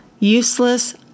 useless